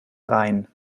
rhein